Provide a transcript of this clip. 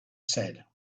said